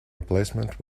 replacement